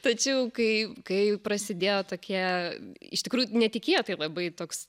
tačiau kai kai prasidėjo tokie iš tikrųjų netikėtai labai toks